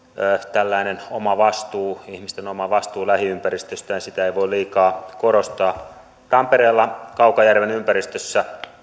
tällaista omavastuuta ihmisten omavastuuta lähiympäristöstään ei voi liikaa korostaa tampereella kaukajärven ympäristössä